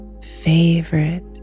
favorite